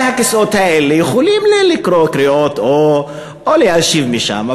מהכיסאות האלה יכולים לקרוא קריאות או להשיב משם.